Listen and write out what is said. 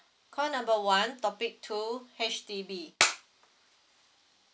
call number one topic two H_D_B